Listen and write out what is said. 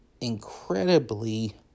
incredibly